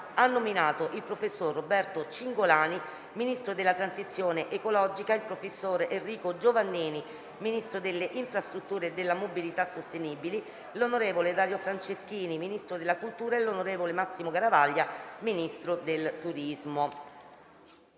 ha nominato il professor Roberto CINGOLANI Ministro della transizione ecologica, il professor Enrico GIOVANNINI Ministro delle infrastrutture e della mobilità sostenibili, l'onorevole Dario FRANCESCHINI Ministro della cultura e l'onorevole Massimo GARAVAGLIA Ministro del turismo.